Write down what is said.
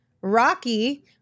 Rocky